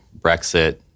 Brexit